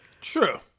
True